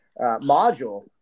module